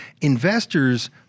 Investors